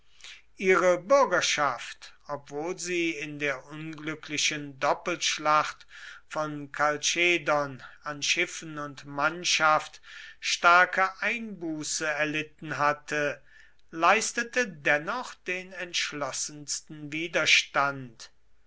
ihre bürgerschaft obwohl sie in der unglücklichen doppelschlacht von kalchedon an schiffen und mannschaft starke einbuße erlitten hatte leistete dennoch den entschlossensten widerstand